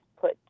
put